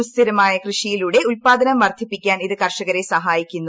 സുസ്ഥിരമായ കൃഷിയിലൂടെ ഉൽപ്പാദനം വർദ്ധിപ്പിക്കാൻ ഇത് കർഷകരെ സഹായിക്കുന്നു